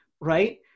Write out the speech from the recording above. right